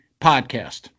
Podcast